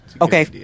okay